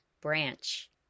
branch